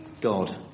God